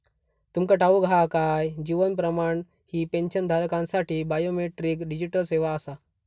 तुमका ठाऊक हा काय? जीवन प्रमाण ही पेन्शनधारकांसाठी बायोमेट्रिक डिजिटल सेवा आसा